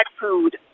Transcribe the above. food